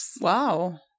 Wow